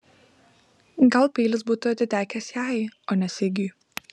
gal peilis būtų atitekęs jai o ne sigiui